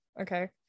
okay